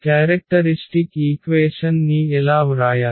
characteristic equation ని ఎలా వ్రాయాలి